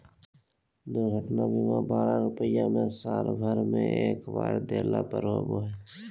दुर्घटना बीमा बारह रुपया में साल भर में एक बार देला पर होबो हइ